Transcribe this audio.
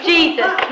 Jesus